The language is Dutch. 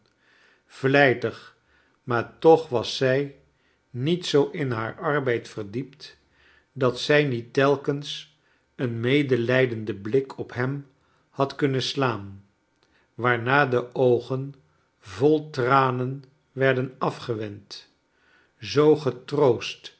vlijtig maar tocli was zij niet zoo in haar arbeid ver'diept dat zij niet telkens een medelijdenden blik op hem had kunnen slaan waarna de oogen vol tranen werden afgewend zoo